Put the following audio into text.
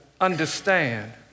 understand